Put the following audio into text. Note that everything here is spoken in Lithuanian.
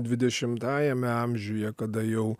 dvidešimtajame amžiuje kada jau